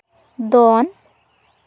ᱫᱚᱱ